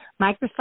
Microsoft